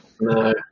No